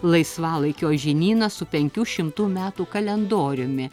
laisvalaikio žinynas su penkių šimtų metų kalendoriumi